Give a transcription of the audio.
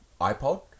iPod